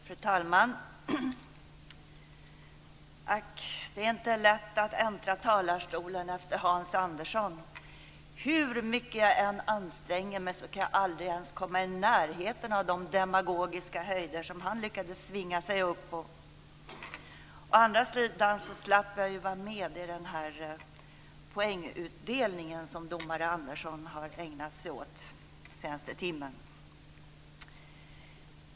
Fru talman! Ack, det är inte lätt att äntra talarstolen efter Hans Andersson. Hur mycket jag än anstränger mig, kan jag aldrig ens komma i närheten av de demagogiska höjder som han lyckades svinga sig upp på. Å andra sidan slapp jag ju vara med i den poängutdelning som domare Andersson har ägnat sig åt den senaste timmen.